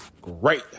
great